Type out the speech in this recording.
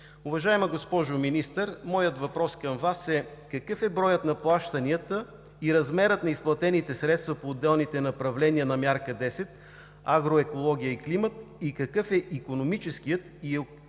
Уважаема госпожо Министър, моят въпрос към Вас е: какъв е броят на плащанията и размерът на изплатените средства по отделните направления на Мярка 10 „Агроекология и климат“? Какъв е икономическият и екологичен